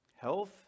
Health